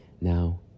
Now